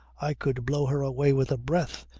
i could blow her away with a breath,